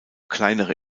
kleinere